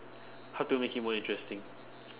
how to make it more interesting